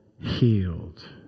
healed